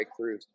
breakthroughs